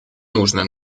нужно